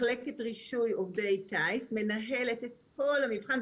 מחלקת רישוי עובדי טיס מנהלת את כל המבחן.